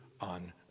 on